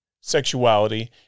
sexuality